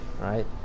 right